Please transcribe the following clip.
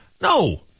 No